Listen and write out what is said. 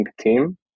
team